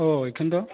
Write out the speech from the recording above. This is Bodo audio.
अह बेखौनोथ'